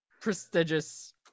prestigious